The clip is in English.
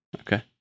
Okay